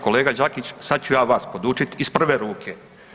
Kolega Đakić, sad ću ja vas podučiti iz prve ruke.